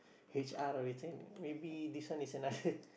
H_R maybe this one is another